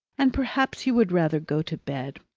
and perhaps you would rather go to bed.